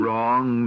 Wrong